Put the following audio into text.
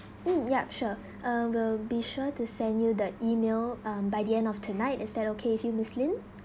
mm yup sure uh we'll be sure to send you the email um by the end of tonight is that okay with you miss lynn